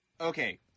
Okay